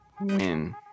win